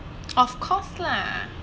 of course lah